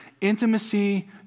intimacy